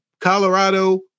Colorado